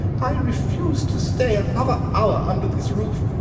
i refuse to stay another hour under this roof,